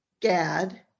Gad